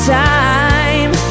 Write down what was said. time